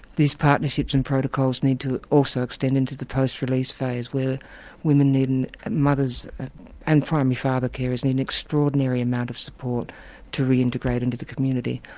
these partnerships and protocols need to also extend into the post-release phase, where women and mothers and primary father cares need an extraordinary amount of support to reintegrate into the community.